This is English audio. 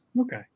Okay